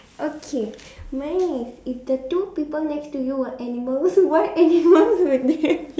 okay mine is if the two people next to you were animals what animals would they be